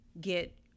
get